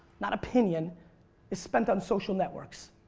not opinion is spent on social networks.